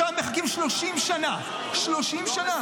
שם מחכים 30 שנה, 30 שנה.